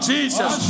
Jesus